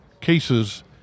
cases